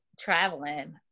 traveling